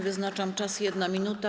Wyznaczam czas - 1 minuta.